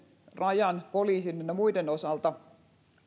rajan poliisin ynnä muiden osalta